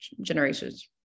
generations